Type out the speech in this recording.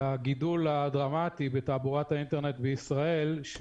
הגידול הדרמטי בתעבורת האינטרנט בישראל,